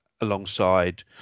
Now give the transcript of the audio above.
alongside